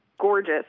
gorgeous